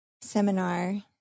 seminar